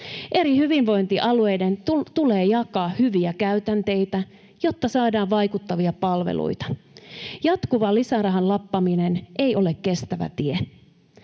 Eri hyvinvointialueiden tulee jakaa hyviä käytänteitä, jotta saadaan vaikuttavia palveluita. Jatkuva lisärahan lappaminen ei ole kestävä tie.